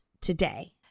today